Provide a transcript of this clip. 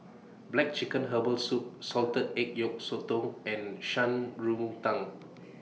Black Chicken Herbal Soup Salted Egg Yolk Sotong and Shan Rui Tang